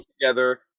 together